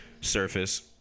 surface